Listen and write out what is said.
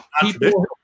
people